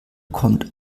kommt